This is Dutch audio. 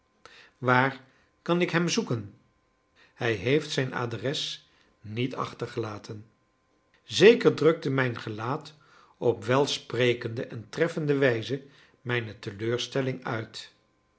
waar kan ik hem zoeken hij heeft zijn adres niet achtergelaten zeker drukte mijn gelaat op welsprekende en treffende wijze mijne teleurstelling uit